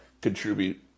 contribute